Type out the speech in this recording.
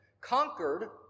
conquered